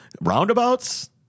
roundabouts